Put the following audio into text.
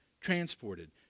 transported